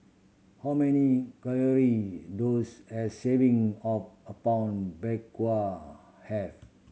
how many calorie does a serving of Apom Berkuah have